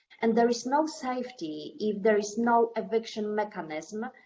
and there is no safety if there is no eviction mechanism,